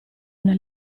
una